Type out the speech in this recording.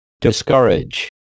Discourage